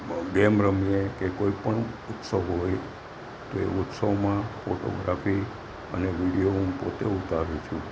game રમીએ કે કોઈ પણ ઉત્સવો હોય તો એ ઉત્સવમાં ફોટોગ્રાફી અને વિડીયો હું પોતે ઉતારું છું